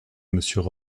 monsieur